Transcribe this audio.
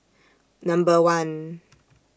Number one